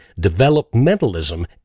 developmentalism